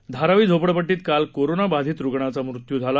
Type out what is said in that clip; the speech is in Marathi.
धारावी झोपडपट्टीत काल कोरोना बाधित रुग्णाचा मृत्यू झाला